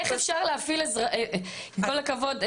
עם כל הכבוד,